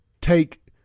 take